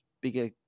bigger